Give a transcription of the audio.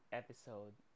episode